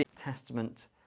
Testament